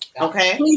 Okay